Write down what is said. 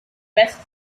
best